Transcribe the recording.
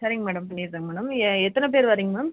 சரிங்க மேடம் பண்ணிட்றங்க மேடம் ஏ எத்தனை பேர் வரிங்க மேம்